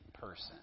person